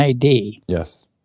Yes